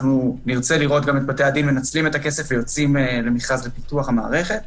נרצה לראות גם את בתי הדין מנצלים את הכסף ויוצאים למכרז לפיתוח המערכת.